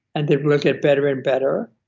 and it will get better and better.